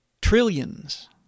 trillions